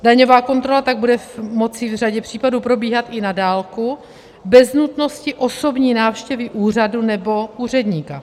Daňová kontrola tak bude moci v řadě případů probíhat i na dálku bez nutnosti osobní návštěvy úřadu nebo úředníka.